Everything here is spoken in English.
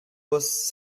was